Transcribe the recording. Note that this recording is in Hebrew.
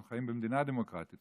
אנחנו חיים במדינה דמוקרטית,